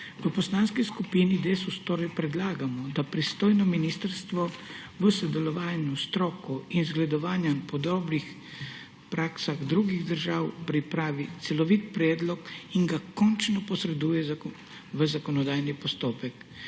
V Poslanski skupini Desus torej predlagamo, da pristojno ministrstvo v sodelovanju s stroko in zgledovanjem po dobrih praksah drugih držav pripravi celovit predlog in ga končno posreduje v zakonodajni postopek.